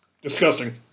Disgusting